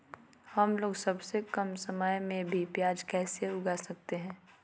हमलोग सबसे कम समय में भी प्याज कैसे उगा सकते हैं?